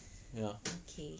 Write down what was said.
ya